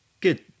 Good